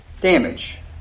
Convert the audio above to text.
damage